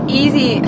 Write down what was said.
easy